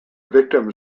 victim